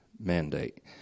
mandate